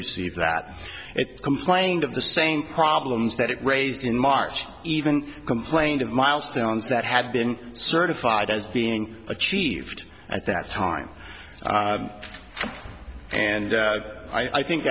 receive that it complained of the same problems that it raised in march even complained of milestones that had been certified as being achieved at that time and i think